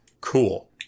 Cool